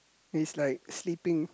he's like sleeping